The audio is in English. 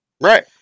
Right